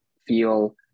feel